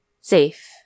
Safe